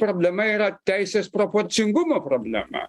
problema yra teisės proporcingumo problema